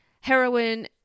Heroin